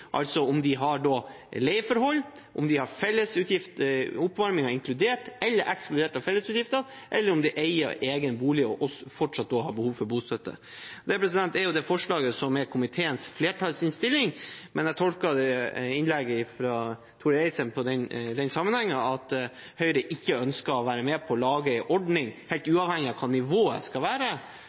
altså om de har leieforhold, om de har oppvarmingen inkludert i eller ekskludert fra fellesutgiftene, eller om de eier egen bolig og fortsatt har behov for bostøtte. Det er forslaget som er komiteens flertallsinnstilling, men jeg tolker innlegget fra representanten Torill Eidsheim i den sammenheng som at Høyre ikke ønsker å være med på å lage en ordning, helt uavhengig av hva nivået skal være,